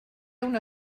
una